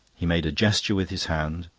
he made a gesture with his hand,